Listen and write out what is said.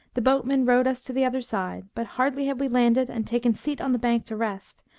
the boatman rowed us to the other side but hardly had we landed and taken seat on the bank to rest,